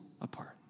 apart